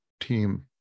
team